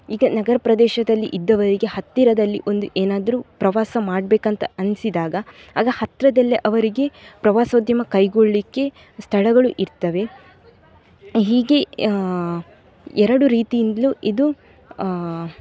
ಈಗ ನಗರ ಪ್ರದೇಶದಲ್ಲಿ ಇದ್ದವರಿಗೆ ಹತ್ತಿರದಲ್ಲಿ ಒಂದು ಏನಾದರೂ ಪ್ರವಾಸ ಮಾಡಬೇಕಂತ ಅನಿಸಿದಾಗ ಆಗ ಹತ್ತಿರದಲ್ಲಿ ಅವರಿಗೆ ಪ್ರವಾಸೋದ್ಯಮ ಕೈಗೊಳ್ಳಿಕ್ಕೆ ಸ್ಥಳಗಳು ಇರ್ತವೆ ಹೀಗೆ ಎರಡು ರೀತಿಯಿಂದಲೂ ಇದು